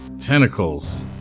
tentacles